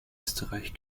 österreich